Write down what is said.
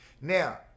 Now